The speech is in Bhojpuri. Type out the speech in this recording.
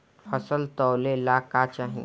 फसल तौले ला का चाही?